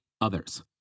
others